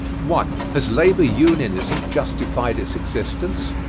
one. has labor unionism justified its existence?